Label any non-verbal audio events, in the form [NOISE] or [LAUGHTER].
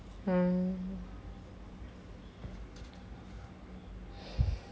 mm [BREATH]